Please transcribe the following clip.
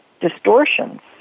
distortions